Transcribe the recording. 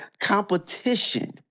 competition